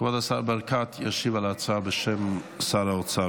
------ כבוד השר ברקת ישיב על ההצעה בשם שר האוצר,